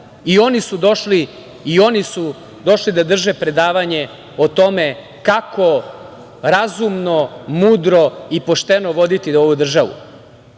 I oni su došli da drže predavanje o tome kako razumno, mudro i pošteno voditi ovu državu.